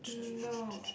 mm no